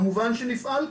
כמובן שנפעל כך.